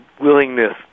willingness